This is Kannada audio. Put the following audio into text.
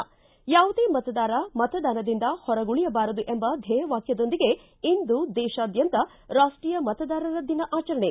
ಿ ಯಾವುದೇ ಮತದಾರ ಮತದಾನದಿಂದ ಹೊರಗುಳಿಯಬಾರದು ಎಂಬ ಧ್ವೇಯ ವಾಕ್ಯದೊಂದಿಗೆ ಇಂದು ದೇಶಾದ್ಯಂತ ರಾಷ್ಟೀಯ ಮತದಾರರ ದಿನ ಆಚರಣೆ